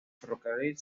ferrocarril